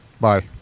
Bye